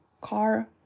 car